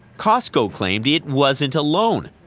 costco claimed it wasn't alone.